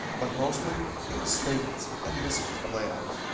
but mostly it was stagnancy and missing the playoffs.